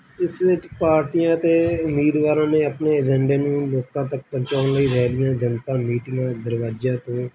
ਇਸ ਵਿੱਚ ਪਾਰਟੀਆਂ ਅਤੇ ਉਮੀਦਵਾਰਾਂ ਨੇ ਆਪਣੇ ਏਜੰਡੇ ਨੂੰ ਲੋਕਾਂ ਤੱਕ ਪਹੁੰਚਾਉਣ ਲਈ ਰੈਲੀਆਂ ਜਨਤਾ ਮੀਟਿੰਗਾਂ ਦਰਵਾਜਿਆਾਂ ਤੋਂ